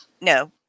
no